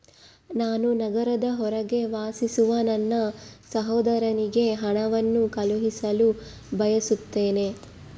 ನಾನು ನಗರದ ಹೊರಗೆ ವಾಸಿಸುವ ನನ್ನ ಸಹೋದರನಿಗೆ ಹಣವನ್ನು ಕಳುಹಿಸಲು ಬಯಸುತ್ತೇನೆ